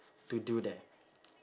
to do there